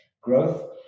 Growth